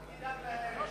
אל תדאג להם.